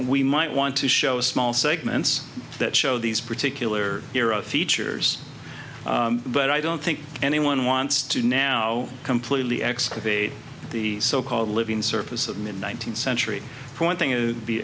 we might want to show small segments that show these particular features but i don't think anyone wants to now completely excavate the so called living surface of mid nineteenth century one thing